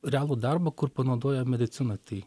realų darbą kur panaudojo medicina tai